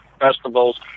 festivals